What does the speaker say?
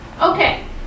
Okay